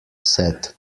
said